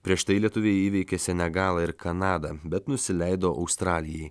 prieš tai lietuviai įveikė senegalą ir kanadą bet nusileido australijai